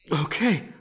Okay